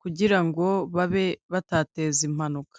kugira ngo babe batateza impanuka.